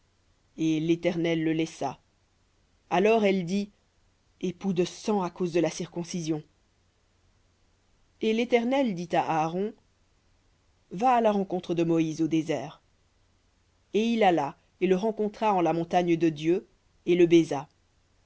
et le laissa alors elle dit époux de sang à cause de la circoncision v et l'éternel dit à aaron va à la rencontre de moïse au désert et il alla et le rencontra en la montagne de dieu et le